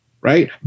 Right